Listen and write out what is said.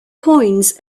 coins